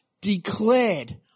declared